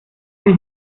dich